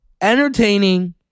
entertaining